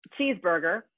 Cheeseburger